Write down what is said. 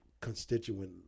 constituent